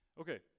Okay